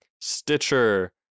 Stitcher